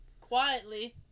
quietly